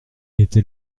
était